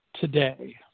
today